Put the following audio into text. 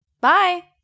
Bye